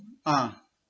ah